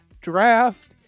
draft